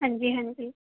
ਹਾਂਜੀ ਹਾਂਜੀ